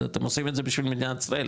אתם עושים את זה בשביל מדינת ישראל,